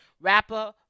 rapper